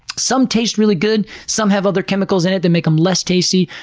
some taste really good, some have other chemicals in it that make them less tasty.